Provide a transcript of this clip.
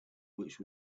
which